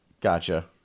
gotcha